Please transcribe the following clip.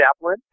chaplain